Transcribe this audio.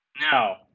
Now